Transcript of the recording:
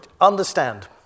understand